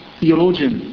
theologian